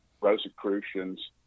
Rosicrucians